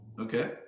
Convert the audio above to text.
Okay